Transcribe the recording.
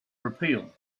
repeal